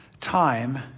Time